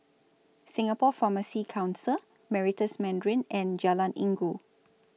Singapore Pharmacy Council Meritus Mandarin and Jalan Inggu